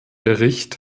bericht